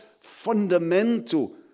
fundamental